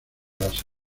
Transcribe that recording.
las